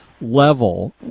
level